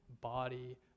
body